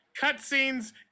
cutscenes